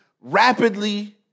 rapidly